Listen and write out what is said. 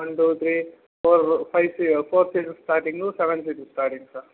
one two three four five four seater starting seven seater starting sir